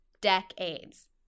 Decades